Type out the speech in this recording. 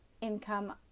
income